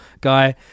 guy